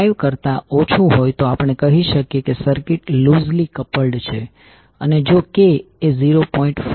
5 કરતા ઓછું હોય તો આપણે કહી શકીએ કે સર્કિટ લુઝલી કપલ્ડ છે અને જો k એ 0